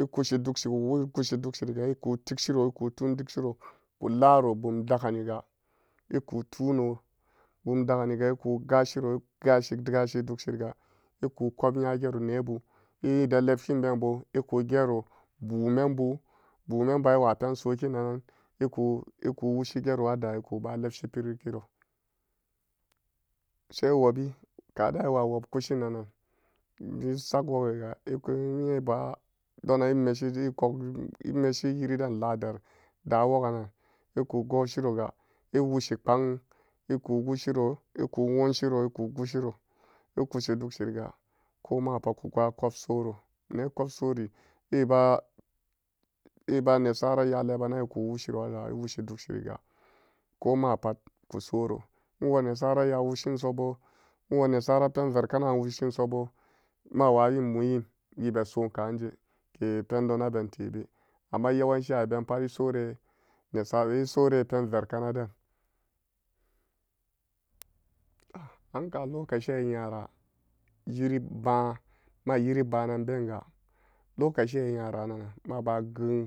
Ekushi dugshi ekushi dugshiga eku tikshiro ekututikshiro kulaor bumdaganiga eku gashiro eku-gashi gashi dugshi riga eku kopnyagero nebu edon lebshibebo ekugero bun membu bun membu ewapensokinan eku-eku woshigero rada ekuba lepshiro sai wobi kade ewa wob kushinanan wisag wogiga eku inye eba donan emeshije ekop-emeshi nyinden ladar-dawoganan ekugogshiroga ewoshi pbaang eku woshiru eku wonshiro eku kushiro ekushi dugshiriga ko mapa kuba kopsoro nekobsori eba-eba nesara nya lebunan eku wushiro rana ewushi dugshiriga ko maput ku soro ewonesara nya woshin sobo ewo nesara pen verkana ran woshinsobo ma wayi muyin wibesonkaje ke pendonabentebe amma yewanci abenpat esore nesara esore penverkana den a anka lokaci an enyara nyiripbaan ma nyiri bunan bega lokaci an nyarananama maba geun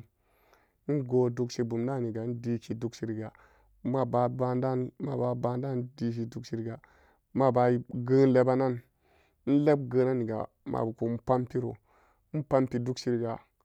ingo dugshi bumduniga indiki dugshiriga maba pbaandan maba pbaadan indi dugshiriga maba e-geun lebanan inlepgeunanige mabum pampiro in pumpidugshiriga.